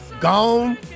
Gone